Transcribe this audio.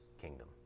kingdom